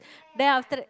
then after that